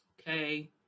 okay